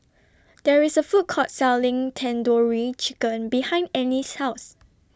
There IS A Food Court Selling Tandoori Chicken behind Annice's House